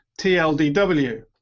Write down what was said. TLDW